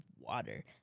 water